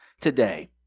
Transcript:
today